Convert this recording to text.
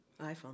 iPhone